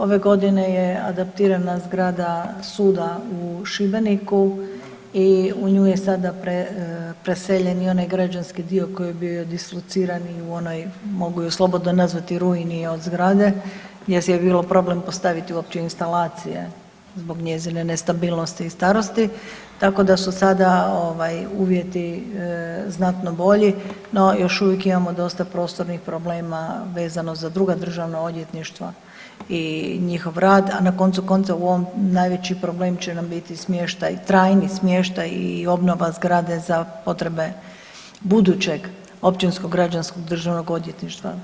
Ove godine je adaptirana zgrada suda u Šibeniku i u nju je sada preseljen i onaj građanski dio koji je bio dislociran i u onoj, mogu je slobodno nazvati rujini od zgrade, jer je bio problem postaviti uopće instalacije zbog njezine nestabilnosti i starosti, tako da su sada uvjeti znatno bolji, no još uvijek imamo dosta prostornih problema vezano za druga državna odvjetništva i njihov rad, a na koncu konca u ovom, najveći problem će nam biti smještaj, trajni smještaj i obnova zgrade za potrebe budućeg općinskog građanskog državnog odvjetništva.